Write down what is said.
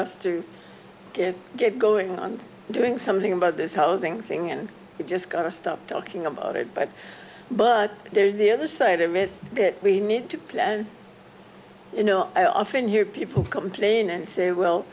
to get going on doing something about this housing thing and you just got to stop talking about it but but there's the other side of it that we need to and you know i often hear people complain and say well